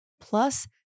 plus